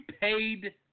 paid